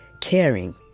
caring